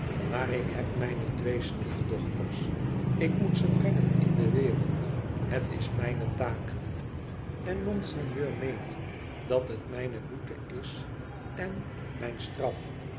maar ik heb mijne twee stiefdochters ik moet ze brengen in de wereld het is mijn taak en monseigneur meent dat het mijne boete is en mijn straf